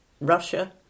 Russia